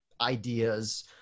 ideas